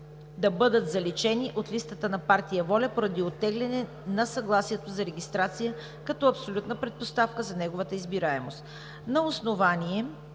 да бъдат заличени от листата на партия ВОЛЯ поради оттегляне на съгласието за регистрация като абсолютна предпоставка за неговата избираемост.